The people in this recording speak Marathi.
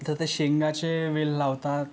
तर ते शेंगांचे वेल लावतात